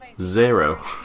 zero